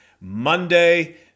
monday